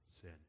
sin